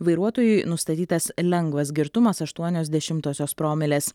vairuotojui nustatytas lengvas girtumas aštuonios dešimtosios promilės